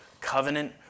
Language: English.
covenant